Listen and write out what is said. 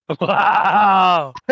Wow